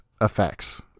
effects